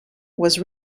was